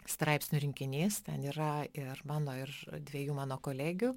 straipsnių rinkinys ten yra ir mano ir dviejų mano kolegių